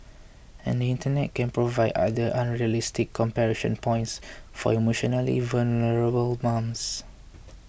and the Internet can provide other unrealistic comparison points for emotionally vulnerable mums